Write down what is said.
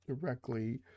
directly